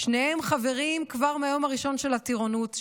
שניהם חברים כבר מהיום הראשון של הטירונות,